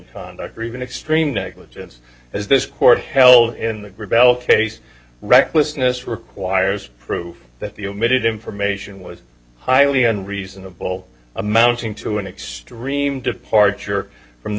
conduct or even extreme negligence as this court held in the rebel case recklessness requires proof that the omitted information was highly and reasonable amounting to an extreme departure from the